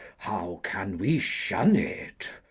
how can we shun it?